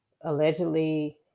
allegedly